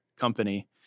company